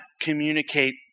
communicate